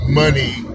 money